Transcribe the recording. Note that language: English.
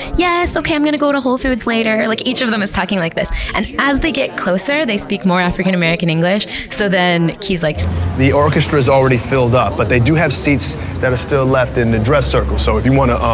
yes, okay. i'm going to go to whole foods later. like each of them is talking like this and as they get closer, they speak more african american english. so then key's like the orchestra's already filled up but they do have seats that are still left in the dress circle, so if you wanna,